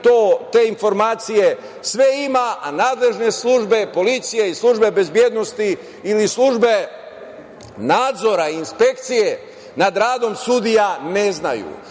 te informacije sve ima, a nadležne službe policije i službe bezbednosti ili službe nadzora inspekcije nad radom sudija ne znaju. Prema